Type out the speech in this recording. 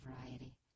variety